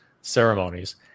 ceremonies